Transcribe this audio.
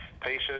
patient